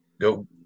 go